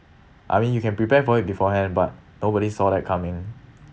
I mean you can prepare for it beforehand but nobody saw that coming